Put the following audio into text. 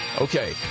Okay